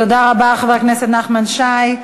תודה רבה, חבר הכנסת נחמן שי.